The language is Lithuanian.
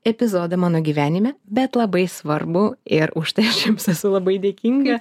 epizodą mano gyvenime bet labai svarbų ir už tai aš jums esu labai dėkinga